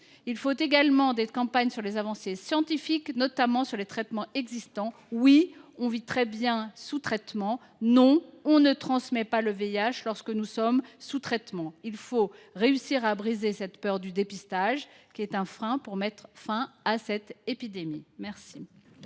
avons également besoin de campagnes sur les avancées scientifiques, notamment sur les traitements existants. Oui, on vit très bien sous traitement ; non, on ne transmet pas le VIH, lorsque l’on est sous traitement. Il faut réussir à briser cette peur du dépistage, qui est un obstacle pour mettre fin à cette épidémie.